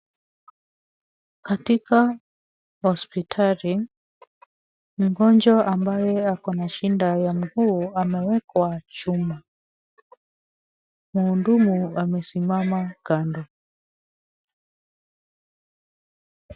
Katika hospitali, mgonjwa ambaye ako na shida ya mguu amewekwa chuma. Mhudumu amesimama kando.